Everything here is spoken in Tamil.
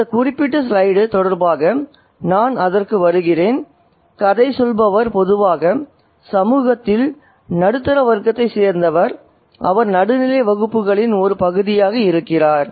இந்த குறிப்பிட்ட ஸ்லைடு தொடர்பாக நான் அதற்கு வருகிறேன் கதை சொல்பவர் பொதுவாக சமூகத்தில் நடுத்தர வர்க்கத்தைச் சேர்ந்தவர் அவர் நடுநிலை வகுப்புகளின் ஒரு பகுதியாக இருக்கிறார்